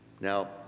now